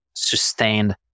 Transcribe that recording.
sustained